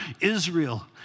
Israel